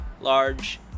large